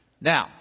Now